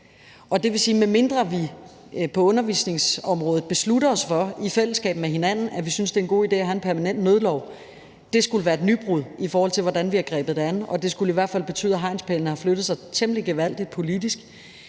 – det vil sige, medmindre vi på undervisningsområdet beslutter os for i fællesskab med hinanden, at vi synes, det er en god idé at have en permanent nødlov. Det skulle være et nybrud, i forhold til hvordan vi har grebet det an, og det skulle i hvert fald betyde, at hegnspælene har flyttet sig til temmelig gevaldigt politisk.